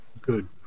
good